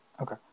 Okay